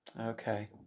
Okay